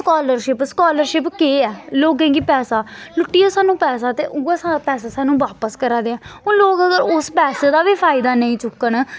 scholarship scholarship केह् ऐ लोकें गी पैसा लुट्टियै सानूं पैसा ते उ'यै पैस सानूं बापस करा दे हून लोक अगर उस पैसे दा बी फायदा नेईं चुक्कन